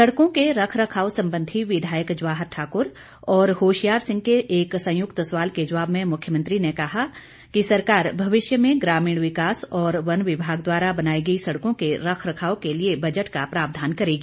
सड़कों के रखरखाव संबंधी विधायक जवाहर ठाकुर और होशियार सिंह के एक संयुक्त सवाल के जवाब में मुख्यमंत्री ने कहा कि सरकार भविष्य में ग्रामीण विकास और वन विभाग द्वारा बनाई गई सड़कों के रखरखाव के लिए बजट का प्रावधान करेगी